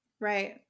Right